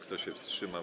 Kto się wstrzymał?